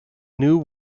new